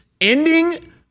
ending